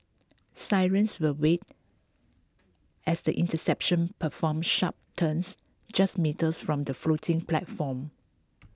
Sirens will wail as the interceptors perform sharp turns just metres from the floating platform